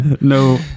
No